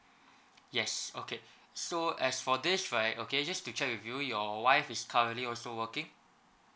yes okay so as for this right okay just to check with you your wife is currently also working